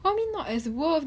what you mean not as worth